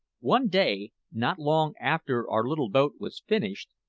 one day, not long after our little boat was finished,